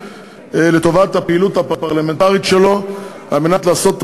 לטובת הפעילות הפרלמנטרית שלו על מנת לעשות את